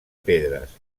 pedres